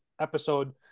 episode